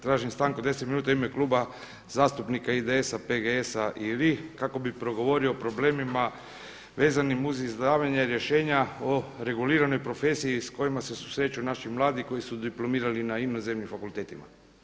Tražim stanku od 10 minuta u ime Kluba zastupnika IDS-PGS-RI kako bi progovorio o problemima vezanim uz izdavanje rješenja o reguliranoj profesiji s kojima se susreću naši mladi koji su diplomirali na inozemnim fakultetima.